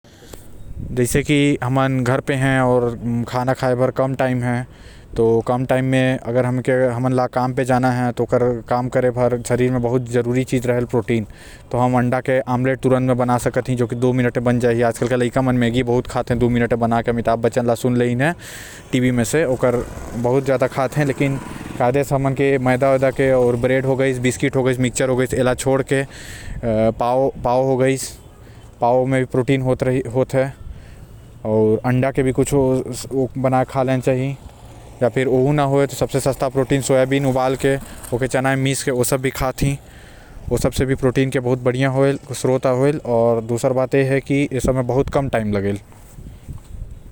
जैसे हमन घर पे हैं आऊ खाना खाए बर कम टाइम हे त जल्दी से तय कोई अच्छा प्रोटीन वाला चीज बना सकत हस जैसे अंडा हो गइस आऊ वेजिटेरियन मन के पनीर हो गाइस साथ म लाइका मन मैगी बना थे।